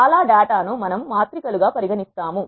చాలా డేటా ను మనము మాత్రికలుగా పరిగణిస్తాము